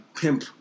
pimp